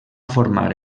formar